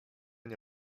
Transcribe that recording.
nie